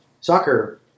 soccer